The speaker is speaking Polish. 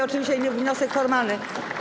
Oczywiście to nie wniosek formalny.